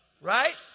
Right